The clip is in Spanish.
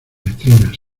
letrinas